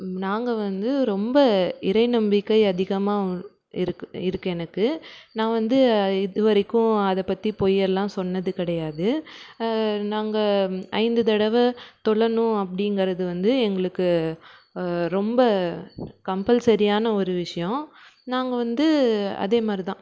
நாங்கள் வந்து ரொம்ப இறை நம்பிக்கை அதிகமாக இருக்குது இருக்குது எனக்கு நான் வந்து இதுவரைக்கும் அது பற்றி பொய் எல்லாம் சொன்னது கிடையாது நாங்கள் ஐந்து தடவை தொழணும் அப்படீங்கறது எங்களுக்கு ரொம்ப கம்பல்சரியான ஒரு விஷயோம் நாங்கள் வந்து அதே மாதிரி தான்